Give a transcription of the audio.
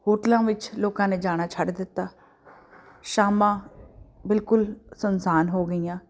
ਹੋਟਲਾਂ ਵਿੱਚ ਲੋਕਾਂ ਨੇ ਜਾਣਾ ਛੱਡ ਦਿੱਤਾ ਸ਼ਾਮਾਂ ਬਿਲਕੁਲ ਸੁੰਨਸਾਨ ਹੋ ਗਈਆਂ